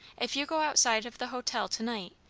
if you go outside of the hotel to-night,